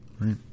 Right